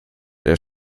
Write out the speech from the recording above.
der